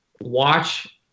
Watch